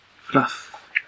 Fluff